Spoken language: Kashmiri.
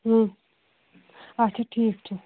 اَچھا ٹھیٖک چھُ